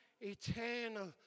eternal